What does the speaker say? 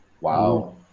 Wow